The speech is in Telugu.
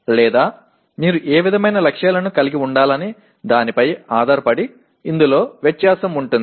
లేదా మీరు ఏ విధమైన లక్ష్యాలను కలిగి ఉండాలనే దానిపై ఆధారపడి ఇందులో వ్యత్యాసం ఉంటుంది